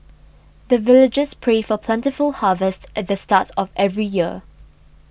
the villagers pray for plentiful harvest at the start of every year